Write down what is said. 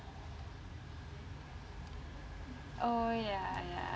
oh ya ya